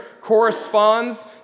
corresponds